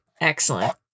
Excellent